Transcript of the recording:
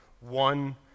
one